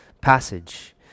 passage